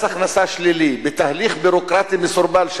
הכנסה שלילי בתהליך ביורוקרטי מסורבל,